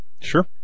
Sure